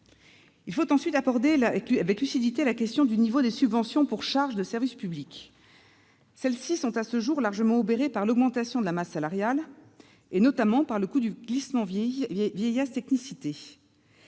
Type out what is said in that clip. Il faut, ensuite, aborder avec lucidité la question du niveau des subventions pour charges de service public ; celles-ci sont à ce jour largement obérées par l'augmentation de la masse salariale, notamment par le coût du glissement vieillesse-technicité.